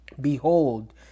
behold